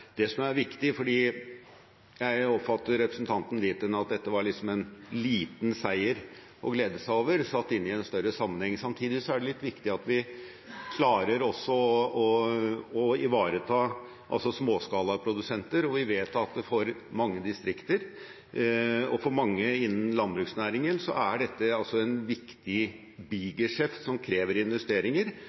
Det som er viktig – for jeg oppfatter representanten dit hen at dette var liksom en liten seier å glede seg over, satt inn i en større sammenheng – er at vi også klarer å ivareta småskalaprodusenter. Vi vet at i mange distrikter og for mange innen landbruksnæringen er dette en viktig bigeskjeft, som krever investeringer.